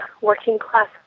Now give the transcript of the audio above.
working-class